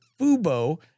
Fubo